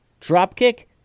Dropkick